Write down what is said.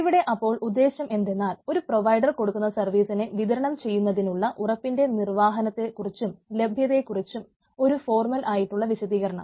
ഇവിടെ അപ്പോൾ ഉദ്ദേശം എന്തെന്നാൽ ഒരു പ്രൊവൈഡർ കൊടുക്കുന്ന സർവീസിനെ വിതരണം ചെയ്യുന്നതിനുള്ള ഉറപ്പിൻറെ നിർവാഹനത്തെക്കുറിച്ചും ലഭ്യതയെക്കുറിച്ചുമുള്ള ഒരു ഫോർമൽ ആയിട്ടുള്ള വിശദീകരണം